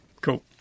Cool